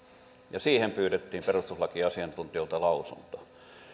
ja siihen pyydettiin perustuslakiasiantuntijoilta lausunto